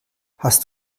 hast